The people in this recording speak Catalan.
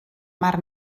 mar